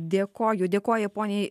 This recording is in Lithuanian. dėkoju dėkoju poniai